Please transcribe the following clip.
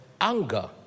anger